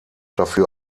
dafür